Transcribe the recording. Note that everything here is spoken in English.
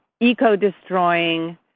eco-destroying